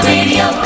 Radio